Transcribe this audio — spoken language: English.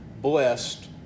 blessed